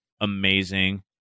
amazing